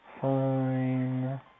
Fine